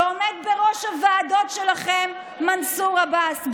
כשעומד בראש הוועדות שלכם מנסור עבאס.